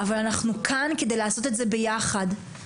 וצריך לעשות את זה ביחד.